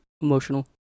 emotional